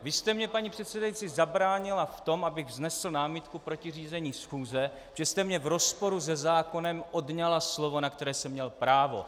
Vy jste mně, paní předsedající, zabránila v tom, abych vznesl námitku proti řízení schůze, že jste mně v rozporu se zákonem odňala slovo, na které jsem měl právo.